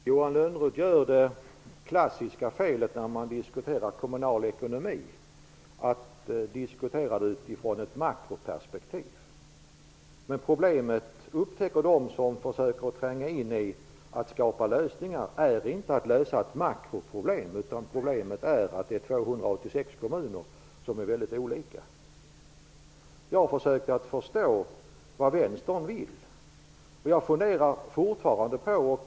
Herr talman! Johan Lönnroth gör det klassiska felet när man diskuterar kommunal ekonomi. Han diskuterar utifrån ett makroperspektiv. Men de som försöker tränga in i detta för att skapa lösningar upptäcker att det inte är ett makroproblem. Problemet är att vi har 286 kommuner som är olika. Jag har försökt förstå vad Vänstern vill. Jag funderar fortfarande på det.